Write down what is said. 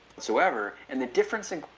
so, ever and the difference in.